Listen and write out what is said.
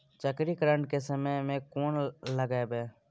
चक्रीकरन के समय में कोन लगबै?